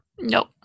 Nope